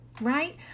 right